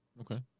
Okay